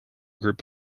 group